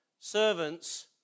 servants